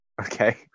Okay